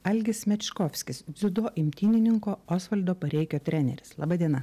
algis mečkovskis dziudo imtynininko osvaldo pareikio treneris laba diena